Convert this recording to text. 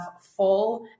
full